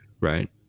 right